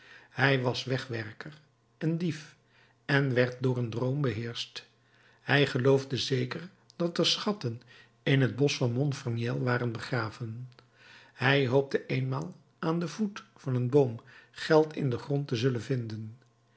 hij was wegwerker en dief en werd door een droom beheerscht hij geloofde zeker dat er schatten in het bosch van montfermeil waren begraven hij hoopte eenmaal aan den voet van een boom geld in den grond te zullen vinden